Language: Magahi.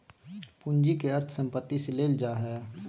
पूंजी के अर्थ संपत्ति से लेल जा हइ